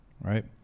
right